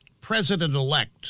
president-elect